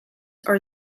are